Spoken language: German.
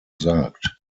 sagt